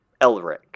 Elric